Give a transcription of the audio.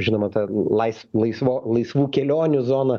žinoma ta lais laisvo laisvų kelionių zona